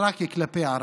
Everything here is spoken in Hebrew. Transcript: רק כלפי הערבים.